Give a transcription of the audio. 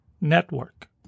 Network